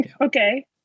okay